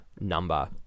number